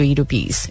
rupees